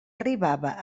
arribava